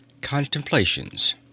contemplations